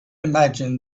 imagine